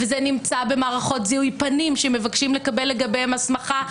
וזה נמצא במערכות זיהוי פנים שמבקשים לקבל לגביהם הסמכה,